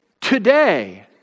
today